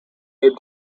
abe